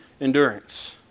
Endurance